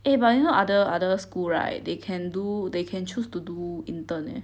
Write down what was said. eh but you know other other school right they can do they can choose to do intern eh